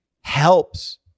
helps